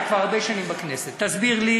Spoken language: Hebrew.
אתה כבר הרבה שנים בכנסת, תסביר לי